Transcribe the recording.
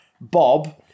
Bob